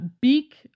beak